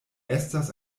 estas